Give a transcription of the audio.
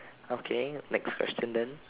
okay next question then